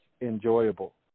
enjoyable